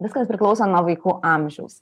viskas priklauso nuo vaikų amžiaus